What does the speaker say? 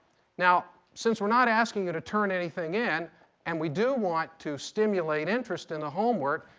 now since we're not asking you to turn anything in and we do want to stimulate interest in the homework,